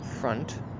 front